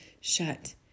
shut